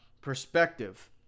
perspective